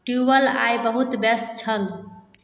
tubal आइ बहुत व्यस्त छल